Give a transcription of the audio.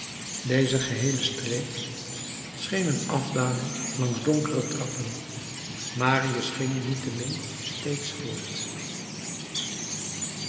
deze geheele streek scheen een afdaling langs donkere trappen marius ging niettemin steeds voort